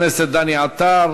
דני עטר.